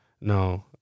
No